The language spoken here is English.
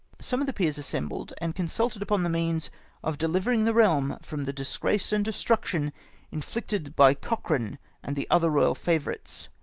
some of the peers assembled, and consulted upon the means of deliverincj the realm from the disgrace and destruc tion inflicted by cochran and the other royal favourites.